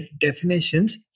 definitions